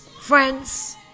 friends